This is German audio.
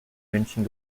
münchen